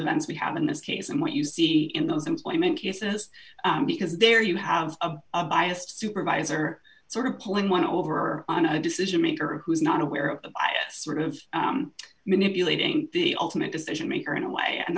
events we have in this case and what you see in those employment cases because there you have a biased supervisor sort of pulling one over on a decision maker who is not aware of sort of manipulating the ultimate decision maker in a way and